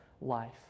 life